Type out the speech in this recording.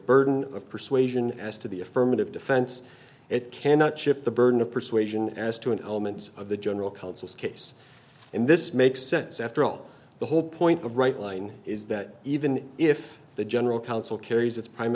burden of persuasion as to the affirmative defense it cannot shift the burden of persuasion as to an element of the general counsel's case and this makes sense after all the whole point of right line is that even if the general counsel carries its prime